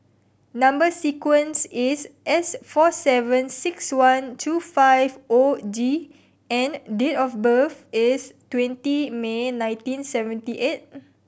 number sequence is S four seven six one two five O D and date of birth is twenty May nineteen seventy eight